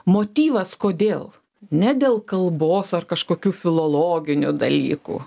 motyvas kodėl ne dėl kalbos ar kažkokių filologinių dalykų